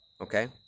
okay